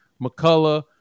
McCullough